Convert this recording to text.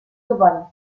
gewann